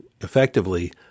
effectively